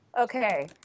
Okay